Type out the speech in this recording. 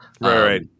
right